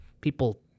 people